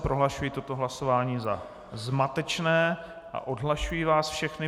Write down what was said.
Prohlašuji toto hlasování za zmatečné a odhlašuji vás všechny.